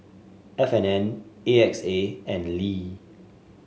F And N A X A and Lee